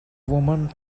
woman